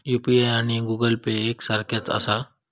UPI आणि Google Pay एक सारख्याच आसा?